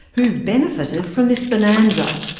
who benefited from this bonanza?